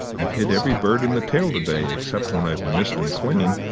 i've hit every bird in the tail to-day, except when i've missed em clean,